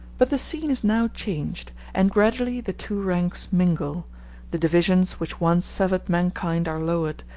but the scene is now changed, and gradually the two ranks mingle the divisions which once severed mankind are lowered,